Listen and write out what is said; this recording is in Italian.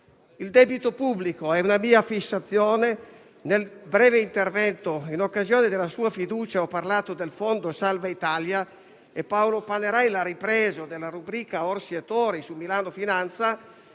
Il debito pubblico è una mia fissazione; nel mio breve intervento in occasione della fiducia al suo Governo ho parlato del fondo salva Italia. Paolo Panerai l'ha ripreso nella rubrica «Orsi & Tori» su "Milano Finanza";